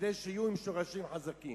כדי שיהיו עם שורשים חזקים.